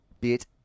bit